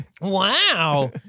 Wow